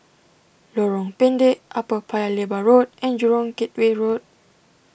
Lorong Pendek Upper Paya Lebar Road and Jurong Gateway Road